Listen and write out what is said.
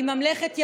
עם ממלכת ירדן.